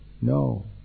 No